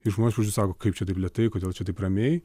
ir žmonės iš pradžių sako kaip čia taip lėtai kodėl čia taip ramiai